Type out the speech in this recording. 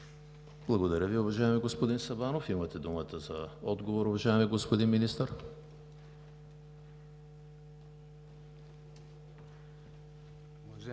Благодаря Ви, уважаеми господин Сабанов. Имате думата за отговор, уважаеми господин Министър.